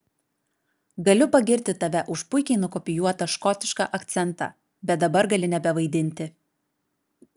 galiu pagirti tave už puikiai nukopijuotą škotišką akcentą bet dabar gali nebevaidinti